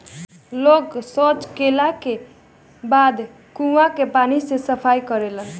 लोग सॉच कैला के बाद कुओं के पानी से सफाई करेलन